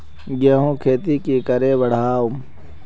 गेंहू खेती की करे बढ़ाम?